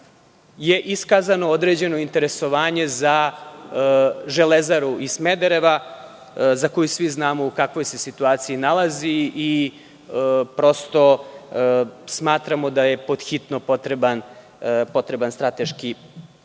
je i iskazano određeno interesovanje za Železaru iz Smedereva za koju svi znamo u kakvoj se situaciji nalazi i prosto smatramo da je pod hitno potreban strateški